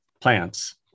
plants